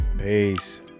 Peace